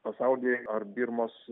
pasaulyje ar birmos